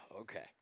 Okay